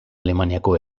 alemaniako